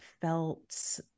felt